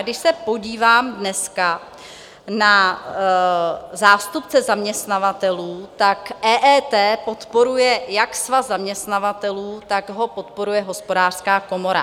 Když se podívám dneska na zástupce zaměstnavatelů, tak EET podporuje jak Svaz zaměstnavatelů, tak ho podporuje Hospodářská komora.